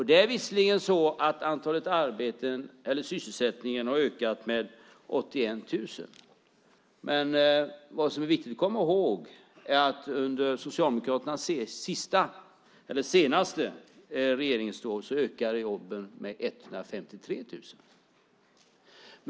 Det är visserligen så att sysselsättningen har ökat med 81 000. Men vad som är viktigt att komma ihåg är att under Socialdemokraternas senaste regeringsår så ökade jobben med 153 000.